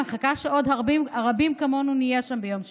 ואני מחכה שעוד רבים כמונו יהיו שם ביום שישי.